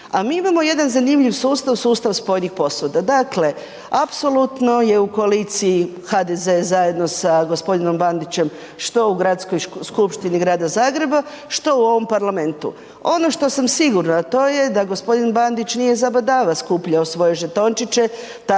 A mi imamo jedan zanimljiv sustav, sustav spojenih posuda. Dakle apsolutno je u koaliciji HDZ zajedno sa gospodinom Bandićem što u Gradskoj skupštini Grada Zagreba, što u ovom Parlamentu. Ono što sam sigurna a to je da gospodin Bandić nije zabadava skupljao svoje žetončiće